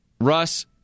Russ